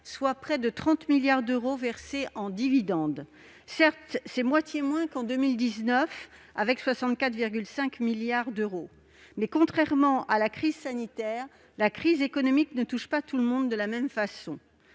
soit près de 30 milliards d'euros ainsi versés. Certes, c'est moitié moins qu'en 2019, où le montant atteignait 64,5 milliards d'euros, mais, contrairement à la crise sanitaire, la crise économique ne touche pas tout le monde de la même façon.